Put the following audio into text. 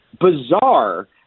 bizarre